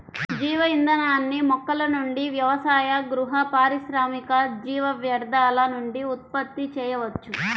జీవ ఇంధనాన్ని మొక్కల నుండి వ్యవసాయ, గృహ, పారిశ్రామిక జీవ వ్యర్థాల నుండి ఉత్పత్తి చేయవచ్చు